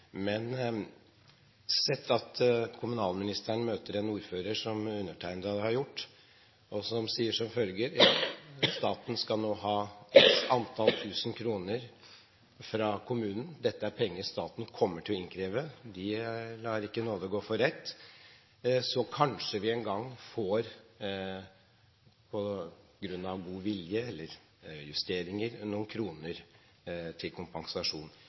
Men sett at kommunalministeren møter en ordfører, som undertegnede har gjort, som sier som følger: Staten skal nå ha x antall tusen kroner fra kommunen, dette er penger staten kommer til å innkreve – den lar ikke nåde gå for rett – så kanskje vi engang får, på grunn av god vilje eller justeringer, noen kroner til kompensasjon.